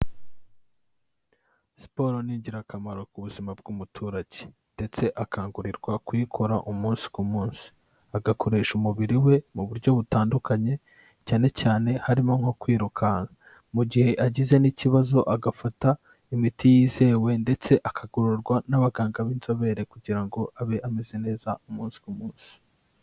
Siporo ni ingirakamaro ku buzima bw'umuturage. Ndetse akangurirwa kuyikora umunsi ku munsi. Agakoresha umubiri we mu buryo butandukanye, cyane cyane harimo nko kwirukanka. Mu gihe agize n'ikibazo agafata imiti yizewe ndetse akagororwa n'abaganga b'inzobere kugira ngo abe ameze neza umunsi ku munsi.